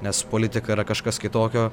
nes politika yra kažkas kitokio